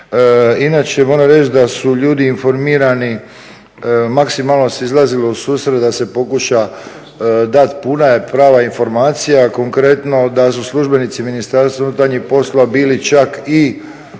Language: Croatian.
Inače, moram reći da su ljudi informirani, maksimalno se izlazilo u susret da se pokuša dati puna i prava informacija. Konkretno da su službenici Ministarstva unutarnjih poslova bili čak i